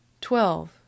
Twelve